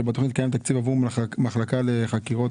שבתוכנית קיים תקציב עבור מחלקה לחקירות